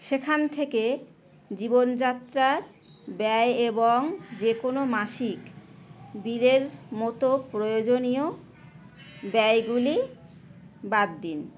সেখান থেকে জীবনযাত্রার ব্যয় এবং যেকোনও মাসিক বিলের মতো প্রয়োজনীয় ব্যয়গুলি বাদ দিন